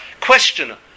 questioner